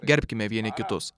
gerbkime vieni kitus